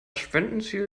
spendenziel